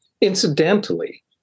Incidentally